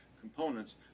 components